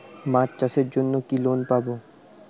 মাছ চাষের জন্য কি লোন পাব?